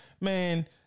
man